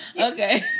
Okay